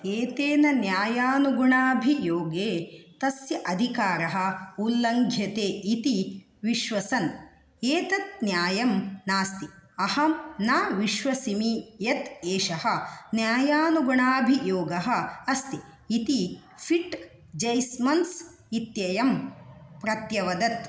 एतेन न्यायानुगुणाभियोगे तस्य अधिकारः उल्लङ्घ्यते इति विश्वसन् एतत् न्यायं नास्ति अहं न विश्वसामी इयत् एषः न्यायानुगुणाभियोगः अस्ति इति फिट् जैस्मन्स् इत्ययं प्रत्यवतत्